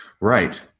Right